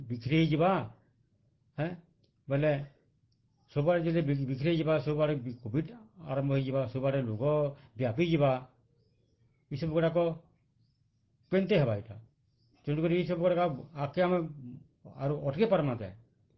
ବିଖିରି ହେଇଯିବା ଆଁ ବୋଲେ ସବୁଆଡ଼େ ଯେତେ ବିଖେଡ଼େଇ ଯିବା ସବୁଆଡ଼େ କୋଭିଡ଼୍ ଆରମ୍ଭ ହେଇଯିବା ସବୁଆଡ଼େ ରୋଗ ବ୍ୟାପି ଯିବା ଏସବୁ ଗୁଡ଼ାକ କେନ୍ତି ହେବା ଏଇଟା ତେଣୁକରି ଏସବୁ ଗୁଡ଼ାକ ଆଗକେ ଆମେ ଆରୁ ଅଟକାଇ ପାର୍ମା କେ